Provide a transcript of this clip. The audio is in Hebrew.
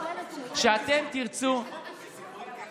יש פה עוד הרבה סיפורים כאלה?